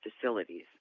facilities